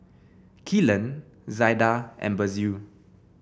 Kellan Zaida and Basil